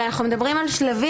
אבל אנחנו מדברים על שלבים.